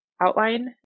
outline